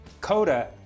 Coda